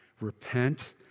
repent